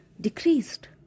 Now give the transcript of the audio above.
decreased